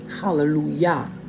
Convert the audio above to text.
Hallelujah